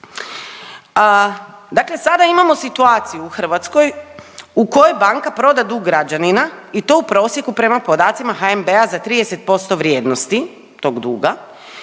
Dakle sada imamo situaciju u Hrvatskoj u kojoj banka proda dug građanina i to u prosjeku prema podacima HNB-a za 30% vrijednosti tog duga,